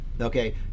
okay